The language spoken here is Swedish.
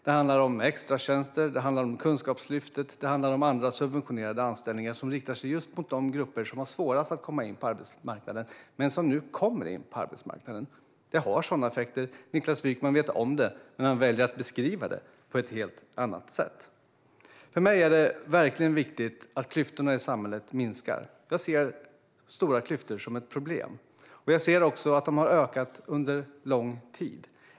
Det handlar om extratjänster, om Kunskapslyftet och om andra subventionerade anställningar som riktar sig till just de grupper som har svårast att komma i på arbetsmarknaden men som nu kommer in. Det har sådana effekter. Niklas Wykman vet om det, men han väljer att beskriva det på ett helt annat sätt. För mig är det verkligen viktigt att klyftorna i samhället minskar. Jag ser stora klyftor som ett problem. Jag ser också att de har ökat under lång tid.